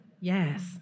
Yes